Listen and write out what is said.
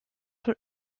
von